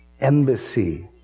embassy